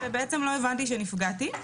לא הבנתי שנפגעתי.